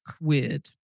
weird